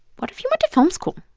what if you went to film school?